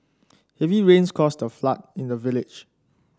heavy rains caused a flood in the village